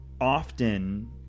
often